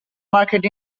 market